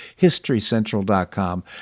HistoryCentral.com